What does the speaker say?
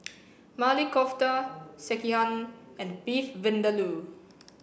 Maili Kofta Sekihan and Beef Vindaloo